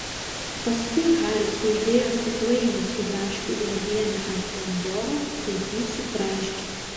paskui haris uždėjo stiklainį su braškių uogiene ant pomidoro ir jį sutraiškė